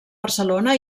barcelona